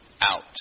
out